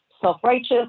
self-righteous